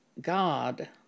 God